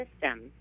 system